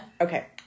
Okay